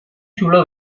zulo